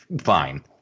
fine